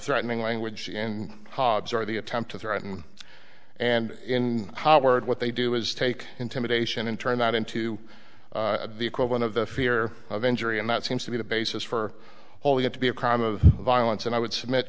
reatening language in hobbs or the attempt to threaten and in howard what they do is take intimidation and turn that into the equivalent of the fear of injury and that seems to be the basis for all that to be a crime of violence and i would submit